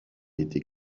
été